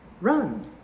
run